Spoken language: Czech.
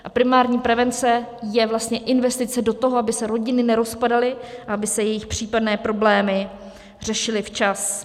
A primární prevence je vlastně investice do toho, aby se rodiny nerozpadaly a aby se jejich případné problémy řešily včas.